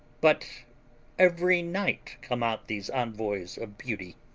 but every night come out these envoys of beauty,